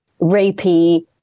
rapey